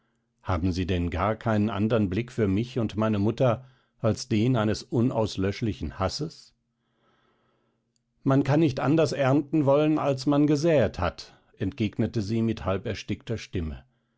haben sie denn gar keinen anderen blick für mich und meine mutter als den eines unauslöschlichen hasses man kann nicht anders ernten wollen als man gesäet hat entgegnete sie mit halberstickter stimme